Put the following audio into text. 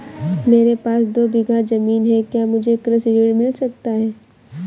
मेरे पास दो बीघा ज़मीन है क्या मुझे कृषि ऋण मिल सकता है?